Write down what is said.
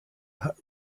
her